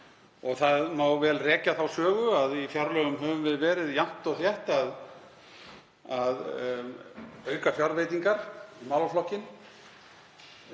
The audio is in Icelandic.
Það má vel rekja þá sögu að í fjárlögum höfum við verið jafnt og þétt að auka fjárveitingar í málaflokkinn.